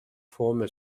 former